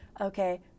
okay